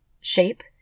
shape